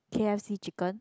k_f_c chicken